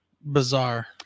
bizarre